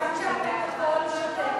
כיוון שהפרוטוקול שותק בנושא,